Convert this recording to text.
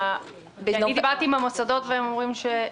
דיברתי עם המוסדות והם אמרו שלא.